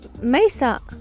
mesa